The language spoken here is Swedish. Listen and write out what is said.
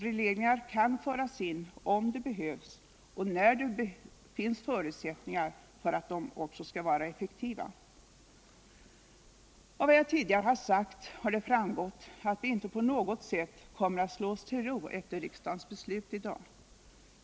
Regleringar kan föras in om de behövs och när det finns förutsättningar för utt göra dem effektiva. Av vad jag tidigare har sagt har det framgått att vi inte på något sätt kommer att slå oss till ro efter riksdagens beslut i dag.